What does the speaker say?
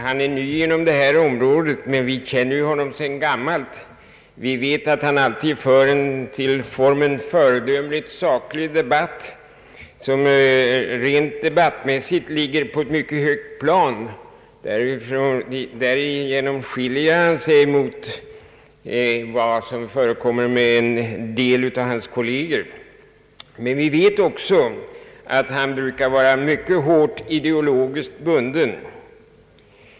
Han är ny när det gäller detta område, men vi känner honom sedan gammalt, och vi vet att han alltid driver en föredömligt saklig debatt som rent diskussionsmässigt ligger på ett mycket högt plan. I detta avseende skiljer han sig från en del av sina kolleger. Men vi vet också att han brukar vara mycket hårt ideologiskt bunden.